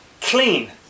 clean